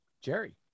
jerry